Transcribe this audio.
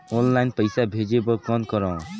Online पईसा भेजे बर कौन करव?